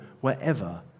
wherever